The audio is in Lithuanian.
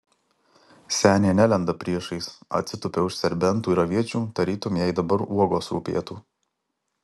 senė nelenda priešais atsitupia už serbentų ir aviečių tarytum jai dabar uogos rūpėtų